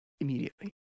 immediately